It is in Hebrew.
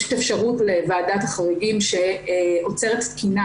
יש אפשרות לוועדת החריגים שעוצרת תקינה